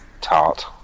Tart